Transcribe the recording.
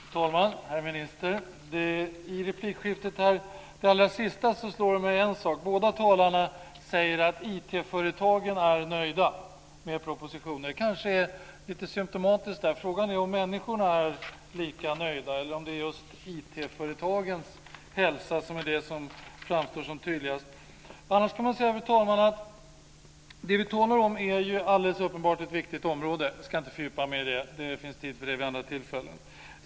Fru talman! Herr minister! Under det allra sista replikskiftet slog mig en sak. Båda talarna säger att IT-företagen är nöjda med propositionen. Det kanske är lite symtomatiskt. Frågan är om människorna är lika nöjda eller om det är just IT-företagens hälsa som är det som framstår som tydligast. Annars kan man säga, fru talman, att det vi talar om alldeles uppenbart är ett viktigt område. Jag ska inte fördjupa mig i det. Det finns tid för det vid andra tillfällen.